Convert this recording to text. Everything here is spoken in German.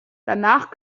danach